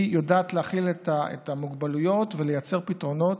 היא יודעת להכיל את המוגבלויות וליצור פתרונות,